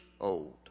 old